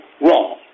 wrong